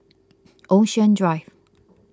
Ocean Drive